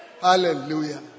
Hallelujah